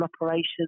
operations